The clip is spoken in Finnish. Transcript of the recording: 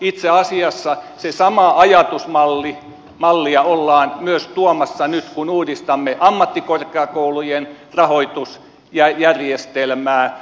itse asiassa sitä samaa ajatusmallia ollaan tuomassa nyt kun uudistamme ammattikorkeakoulujen rahoitusjärjestelmää